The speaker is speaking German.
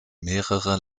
mehrere